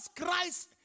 Christ